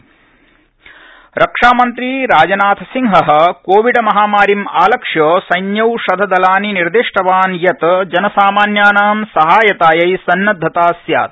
राजनाथ कोविडोपवेशनम रक्षामंत्री राजनाथसिंहः कोविडमहामारीम् आलक्ष्य सैन्योषधदलानि निर्दिष्टवान् यत् जनसामान्यानां सहायतायै सन्नद्धता स्यात्